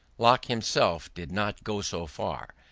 locke himself did not go so far,